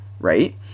right